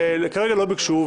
כרגע לא ביקשו.